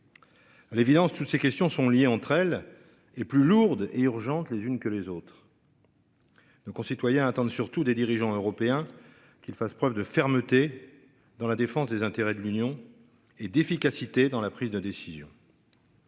À l'évidence, toutes ces questions sont liées entre elles et plus lourde et urgente les unes que les autres. Nos concitoyens attendent surtout des dirigeants européens, qu'il fasse preuve de fermeté dans la défense des intérêts de l'Union et d'efficacité dans la prise de décision.--